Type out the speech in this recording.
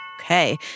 Okay